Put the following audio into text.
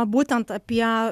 būtent apie